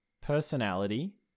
personality